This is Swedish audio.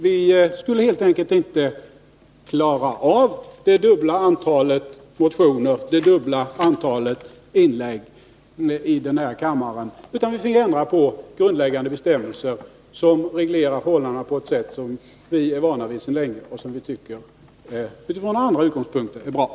Vi skulle helt enkelt inte klara av det dubbla antalet motioner eller det dubbla antalet inlägg i denna kammare, utan vi finge ändra på grundläggande bestämmelser som reglerar förhållandena på ett sätt som vi sedan länge är vana vid och som vi utifrån andra utgångspunkter tycker är bra.